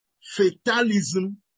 fatalism